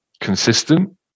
consistent